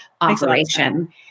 operation